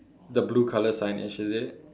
the blue colour signage is it